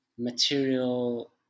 Material